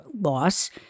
loss